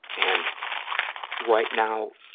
and right now,